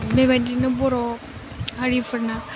बेबायदिनो बर' हारिफोरना